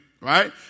right